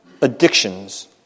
addictions